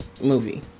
movie